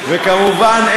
וכמובן,